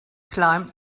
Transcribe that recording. climbed